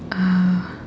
uh